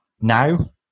now